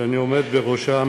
שאני עומד בראשה,